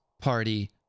Party